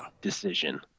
decision